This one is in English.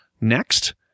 next